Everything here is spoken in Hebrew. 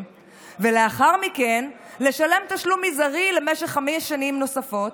ולאחר מכן לשלם תשלום מזערי למשך חמש שנים נוספות.